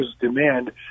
demand